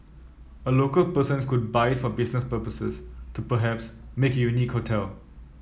a local person could buy it for business purposes to perhaps make a unique hotel